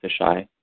Fisheye